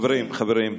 חברים, חברים,